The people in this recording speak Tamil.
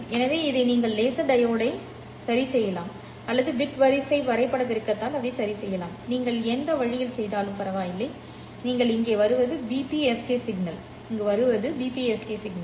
எனவே இதை நீங்கள் லேசர் டையோடு சரிசெய்யலாம் அல்லது பிட் வரிசை வரைபட பெருக்கத்தால் அதை சரிசெய்யலாம் நீங்கள் எந்த வழியில் செய்தாலும் பரவாயில்லை நீங்கள் இங்கு வருவது பிபிஎஸ்கே சிக்னல் சரி